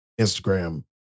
Instagram